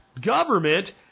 Government